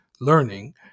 learning